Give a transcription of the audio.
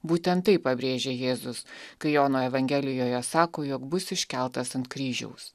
būtent tai pabrėžia jėzus kai jono evangelijoje sako jog bus iškeltas ant kryžiaus